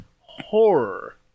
horror